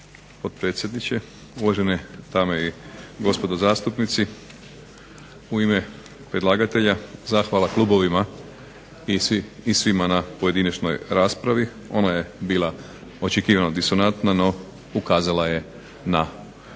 potpredsjedniče, uvažene dame i gospodo zastupnici. U ime predlagatelja zahvala klubovima i svima na pojedinačnoj raspravi, ona je bila očekivano disonantna no, ukazala je na